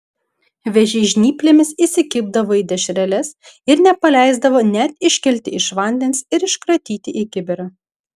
vėžiai žnyplėmis įsikibdavo į dešreles ir nepaleisdavo net iškelti iš vandens ir iškratyti į kibirą